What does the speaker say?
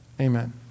Amen